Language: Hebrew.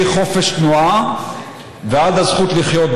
מחופש תנועה ועד הזכות לחיות,